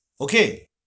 Okay